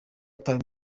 yatawe